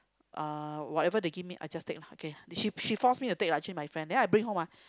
uh whatever they give me I just take lah okay she she force me to take lah actually my friend then I bring home ah